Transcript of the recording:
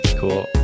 cool